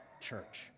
church